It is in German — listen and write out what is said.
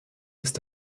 ist